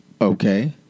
Okay